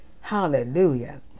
hallelujah